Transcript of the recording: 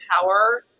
power